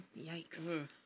yikes